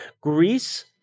Greece